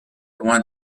loin